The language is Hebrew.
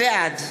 בעד